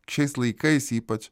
šiais laikais ypač